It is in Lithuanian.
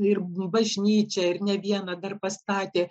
ir bažnyčią ir ne vieną dar pastatė